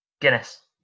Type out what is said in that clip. Guinness